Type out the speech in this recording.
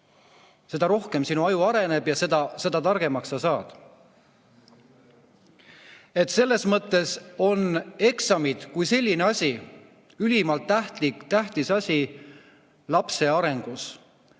seda rohkem sinu aju areneb ja seda targemaks sa saad. Nii et selles mõttes on eksamid kui selline ülimalt tähtis asi lapse arengus.